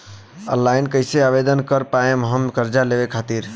Online कइसे आवेदन कर पाएम हम कर्जा लेवे खातिर?